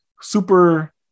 super